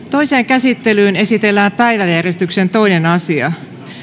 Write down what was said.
toiseen käsittelyyn esitellään päiväjärjestyksen toinen asia